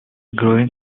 growing